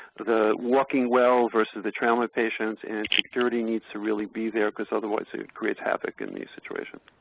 the walking well versus the trauma patients and security needs to really be there because otherwise it creates havoc in these situations.